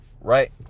right